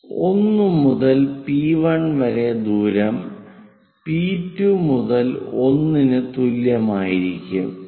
1 മുതൽ P1 വരെ ദൂരം P2 മുതൽ 1 ന് തുല്യമായിരിക്കും